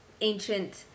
ancient